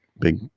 big